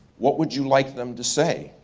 what would you like them to say?